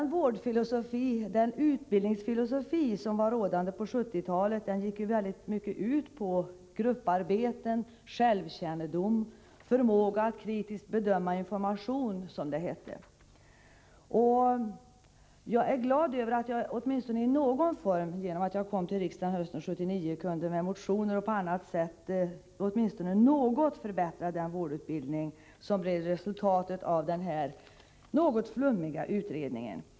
Den vårdfilosofi och den utbildningsfilosofi som var rådande på 1970-talet gick ju i väldigt stor utsträckning ut på grupparbeten, ”självkännedom” och ”förmåga att kritiskt bedöma information,” som det hette. Jag är glad över att jag åtminstone i någon form, när jag kom till riksdagen hösten 1979, genom motioner och på andra sätt åtminstone något kunde förbättra den vårdutbildning, som blev resultatet av den något flummiga utredningen.